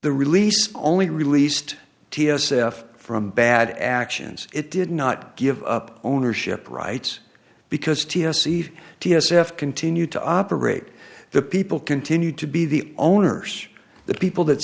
the release only released t s f from bad actions it did not give up ownership rights because t s eed t s f continue to operate the people continued to be the owners the people that